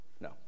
No